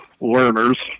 learners